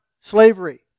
slavery